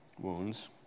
wounds